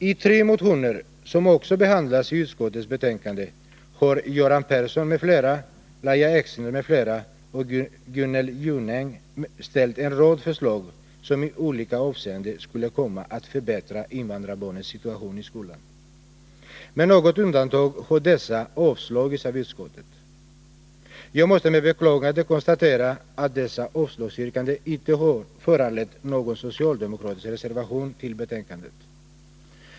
I tre motioner som också behandlas i utskottets betänkande har Göran Persson m.fl., Lahja Exner m.fl. och Gunnel Jonäng ställt ett antal förslag, som i olika avseenden skulle komma att förbättra invandrarbarnens situation i skolan. Med något undantag har dessa avstyrkts av utskottet. Jag måste med beklagande konstatera att dessa avslagsyrkanden inte har föranlett någon socialdemokratisk reservation till betänkandet.